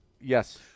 Yes